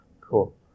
Cool